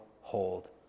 hold